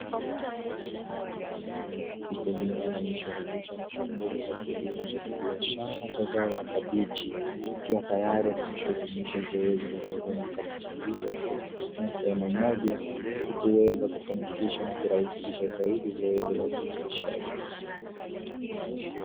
Mkulima anayejishughulisha na shughuli za kilimo cha kibiashara cha zao la kabichi akiwa tayari amekwishahitimisha zoezi la kuvuna kabichi hizo na kuzikusanya sehemu moja ili kuweza kufanikisha na kurahisisha zaidi zoezi la usafirishaji.